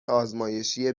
آزمایشی